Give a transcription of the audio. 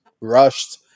rushed